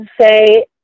say